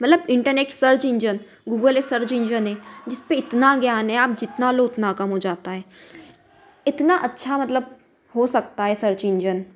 मतलब internet search engine Google एक search engine है जिस पर इतना ज्ञान है आप जितना लो उतना कम हो जाता है इतना अच्छा मतलब हो सकता है सर्च इंजन